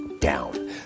down